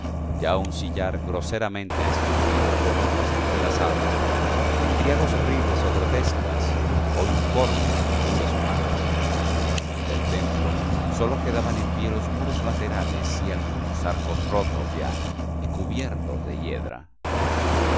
ya un sillar groseramente esculpido con hojas entrelazadas endriagos horribles o grotescas o informes figuras humanas del templo sólo quedaban en pie los muros laterales y algunos arcos rotos ya y cubiertos de hiedra